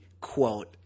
quote